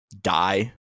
die